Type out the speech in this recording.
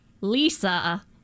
Lisa